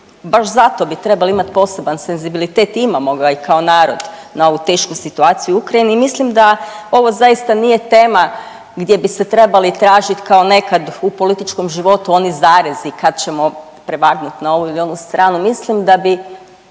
baš zato bi trebali imati poseban senzibilitet imamo ga i kao narod na ovu tešku situaciju u Ukrajini. I mislim da ovo zaista nije tema gdje bi se trebali tražiti kao nekad u političkom životu oni zarezi kad ćemo prevagnut na ovu ili onu stranu. Mislim da bi